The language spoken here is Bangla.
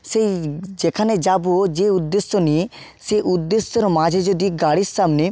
সেই যেখানে যাব যে উদ্দেশ্য নিয়ে সে উদ্দেশ্যের মাঝে যদি গাড়ির সামনে